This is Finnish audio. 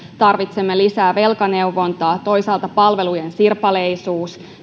tarvitsemme lisää velkaneuvontaa toisaalta tässä näkyy palvelujen sirpaleisuuskin